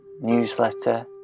newsletter